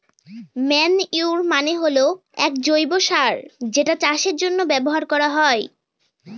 manure মানে হল এক জৈব সার যেটা চাষের জন্য ব্যবহার করা হয়